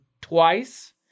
twice